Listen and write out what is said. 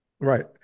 Right